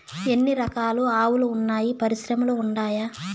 ఎన్ని రకాలు ఆవులు వున్నాయి పరిశ్రమలు ఉండాయా?